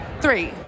Three